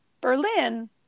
berlin